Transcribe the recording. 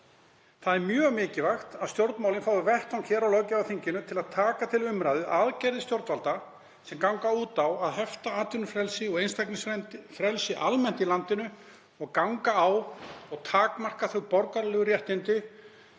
Það er mjög mikilvægt að stjórnmálin fái vettvang hér á löggjafarþinginu til að taka til umræðu aðgerðir stjórnvalda sem ganga út á að hefta atvinnufrelsi og einstaklingsfrelsi almennt í landinu og ganga á og takmarka þau borgaralegu réttindi